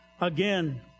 again